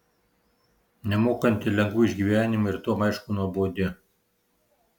nemokanti lengvų išgyvenimų ir tuom aišku nuobodi